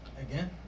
Again